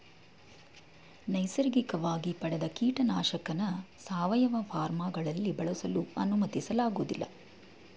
ನೈಸರ್ಗಿಕವಾಗಿ ಪಡೆದ ಕೀಟನಾಶಕನ ಸಾವಯವ ಫಾರ್ಮ್ಗಳಲ್ಲಿ ಬಳಸಲು ಅನುಮತಿಸಲಾಗೋದಿಲ್ಲ